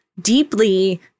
Deeply